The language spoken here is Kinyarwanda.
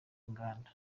inganda